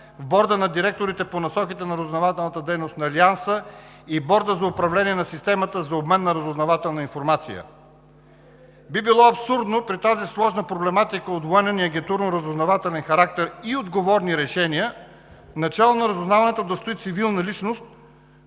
в Борда на директорите по насоките на разузнавателната дейност на Алианса и в Борда за управление на Системата за обмен на разузнавателна информация." Би било абсурдно при тази сложна проблематика от военен и агентурно-разузнавателен характер и отговорни решения начело на разузнаването да стои цивилна личност,